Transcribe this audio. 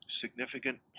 significant